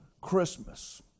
Christmas